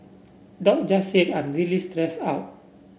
Doc just said I'm really stressed out